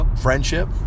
friendship